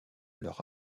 leur